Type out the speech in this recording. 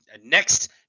next